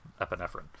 epinephrine